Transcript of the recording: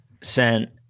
sent